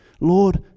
Lord